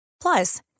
Plus